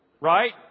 Right